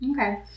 Okay